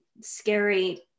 scary